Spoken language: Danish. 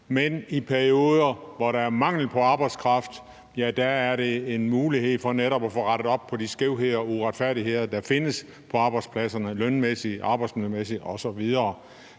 Men i perioder, hvor der er mangel på arbejdskraft, er der en mulighed for netop at få rettet op på de skævheder og uretfærdigheder, der findes på arbejdspladserne, lønmæssigt, arbejdsmiljømæssigt osv.